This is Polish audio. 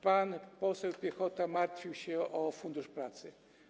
Pan poseł Piechota martwił się o Fundusz Pracy.